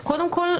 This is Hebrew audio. שוב,